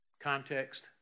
context